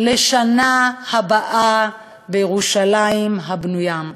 "לשנה הבאה בירושלים הבנויה".